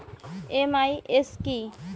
MIS কি?